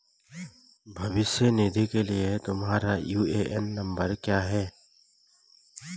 भविष्य निधि के लिए तुम्हारा यू.ए.एन नंबर क्या है?